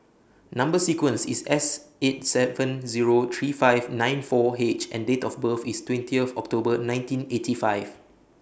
Number sequence IS S eight seven Zero three five nine four H and Date of birth IS twentieth October nineteen eighty five